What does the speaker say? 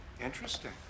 Interesting